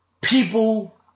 people